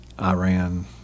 Iran